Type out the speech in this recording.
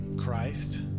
Christ